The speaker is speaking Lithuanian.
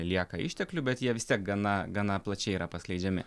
lieka išteklių bet jie vis tiek gana gana plačiai yra paskleidžiami